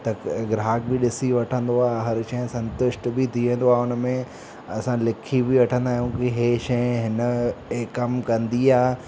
त ग्राहक बि ॾिसी वठंदो आहे हर शइ संतुष्ट बि थी वेंदो आहे उनमें असां लिखी बि वठंदा आहियूं की हीअ शइ हिन हीअ कम कंदी आहे